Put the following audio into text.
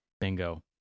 Bingo